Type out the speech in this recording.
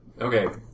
Okay